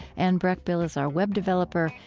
anne breckbill is our web developer.